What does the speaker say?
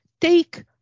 Take